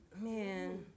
Man